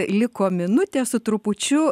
liko minutė su trupučiu